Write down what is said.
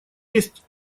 есть